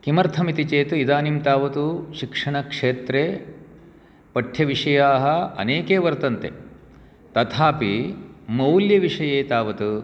किमर्थम् इति चेत् इदानीन्तावत् शिक्षणक्षेत्रे पठ्यविषयाः अनेके वर्तन्ते तथापि मौल्यविषये तावत्